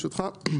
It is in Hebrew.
חושב